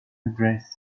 address